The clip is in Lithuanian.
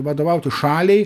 vadovauti šaliai